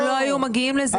הם לא היו מגיעים לזה,